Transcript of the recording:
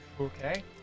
okay